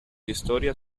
historia